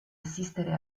assistere